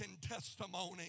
testimony